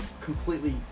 completely